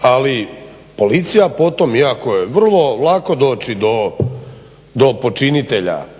ali policija po tom, iako je vrlo lako doći do počinitelja